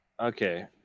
Okay